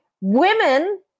women